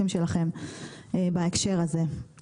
אני רוצה לחזור שוב על סיפור הגיוון.